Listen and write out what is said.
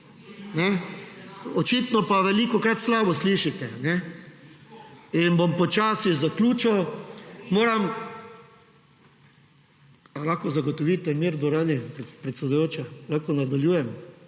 Očitno pa velikokrat slabo slišite. In bom počasi zaključil. Moram … A lahko zagotovite mir v dvorani, predsedujoča? Lahko nadaljujem?